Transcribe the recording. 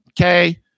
Okay